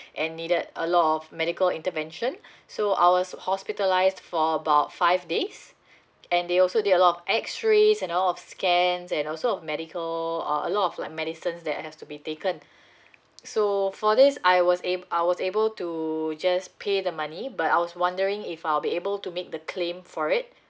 and needed a lot of medical intervention so I was hospitalised for about five days and they also did a lot of X rays and a lot of scans and also a medical uh a lot of like medicines that I have to be taken so for this I was able I was able to you just pay the money but I was wondering if I'll be able to make the claim for it